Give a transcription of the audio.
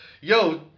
yo